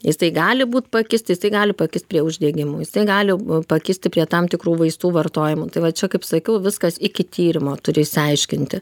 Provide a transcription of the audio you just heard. jisai gali būt pakist jisai gali pakist prie uždegimų jisai gali pakisti prie tam tikrų vaistų vartojimo tai va čia kaip sakiau viskas iki tyrimo turi išsiaiškinti